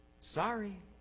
Sorry